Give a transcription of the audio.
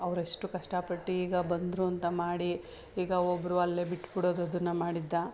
ಅವರೆಷ್ಟು ಕಷ್ಟಪಟ್ಟು ಈಗ ಬಂದರು ಅಂತ ಮಾಡಿ ಈಗ ಒಬ್ಬರು ಅಲ್ಲೇ ಬಿಟ್ಬಿಡೋದು ಅದನ್ನು ಮಾಡಿದ್ದ